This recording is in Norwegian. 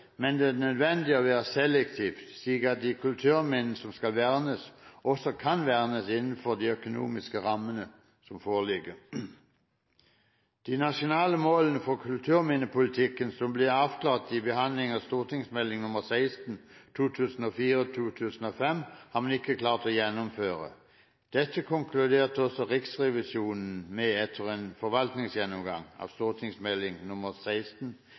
men det er nødvendig å være selektiv, slik at de kulturminnene som skal vernes, også kan vernes innenfor de økonomiske rammene som foreligger. De nasjonale målene for kulturminnepolitikken, som ble avklart i behandlingen av St.meld. nr. 16 for 2004–2005, har man ikke klart å gjennomføre. Dette konkluderte også Riksrevisjonen med etter en forvaltningsgjennomgang av St.meld. nr. 16,